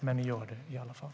Men ni gör det i alla fall.